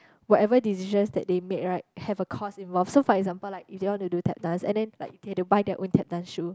whatever decisions that they made right have a cost involved so for example like if they want to do Tap dance and then like they have to buy their own Tap dance shoe